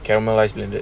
caramelize blended